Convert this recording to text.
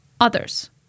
others